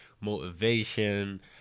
motivation